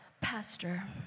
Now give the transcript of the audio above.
Pastor